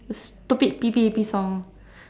the stupid P_P_A_P song